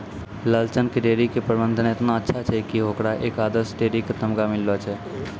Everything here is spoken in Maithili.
लालचन के डेयरी के प्रबंधन एतना अच्छा छै कि होकरा एक आदर्श डेयरी के तमगा मिललो छै